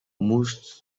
most